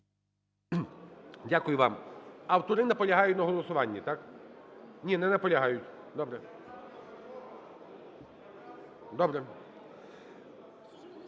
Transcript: Дякую вам. Автори наполягають на голосуванні, так? Ні, не наполягають, добре. Добре.